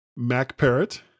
MacParrot